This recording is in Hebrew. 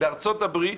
בארצות הברית